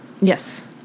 Yes